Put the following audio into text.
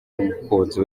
n’umukunzi